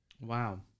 Wow